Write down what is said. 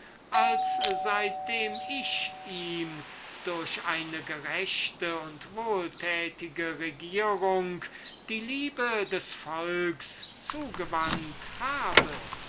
als seit dem ich ihm durch eine gerechte und wohltätige regierung die liebe des volks zugewandt habe